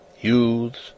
youths